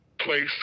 place